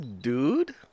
dude